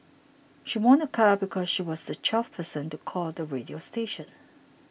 she won a car because she was the twelfth person to call the radio station